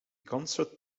concert